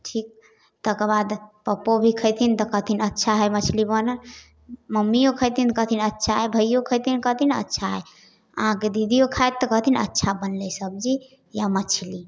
ठीक तकरबाद पप्पो भी खेथिन तऽ कहथिन अच्छा हइ मछली बनल मम्मिओ खेथिन कहथिन अच्छा हइ भइओ खेथिन कहथिन अच्छा हइ अहाँके दिदिओ खैत तऽ कहथिन अच्छा बनलै सब्जी या मछली